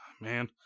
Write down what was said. man